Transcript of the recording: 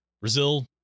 Brazil